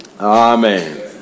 Amen